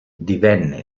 divenne